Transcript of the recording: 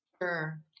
Sure